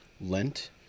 Lent